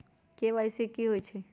KYC कि होई छई?